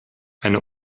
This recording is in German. eine